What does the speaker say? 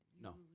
No